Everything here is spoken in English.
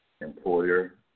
Employer